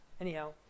Anyhow